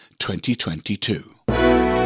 2022